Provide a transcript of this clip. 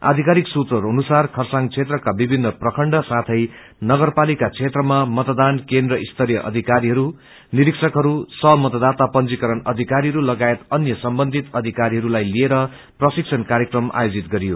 आधिकारिक सूत्रहरू अनुसारर खरसाङ क्षेत्रका विभिन्न प्रखण्ड साथे नगरपालिका क्षेत्रमा मतदान केन्द्र स्तरीय अधिकरीहरू निरीक्षकहरू सह मतदाता पंजीकरण अधिकारीहरू लागायत अन्य सम्बन्ज्ञिधत अधिकाारीहरूलाई लिएर प्रशिक्षण कार्यक्रम आयोजित गरियो